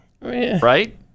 Right